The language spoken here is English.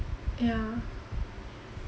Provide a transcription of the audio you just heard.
yeah